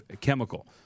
chemical